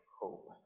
hope